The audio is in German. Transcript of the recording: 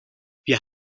wir